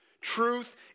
truth